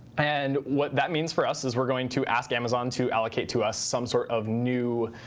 and what that means for us is we're going to ask amazon to allocate to us some sort of new